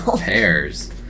pears